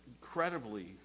incredibly